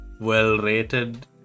well-rated